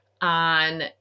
on